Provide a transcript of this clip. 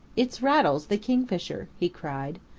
it's rattles the kingfisher, he cried.